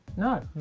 no.